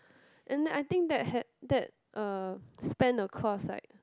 and then I think that had that uh span across like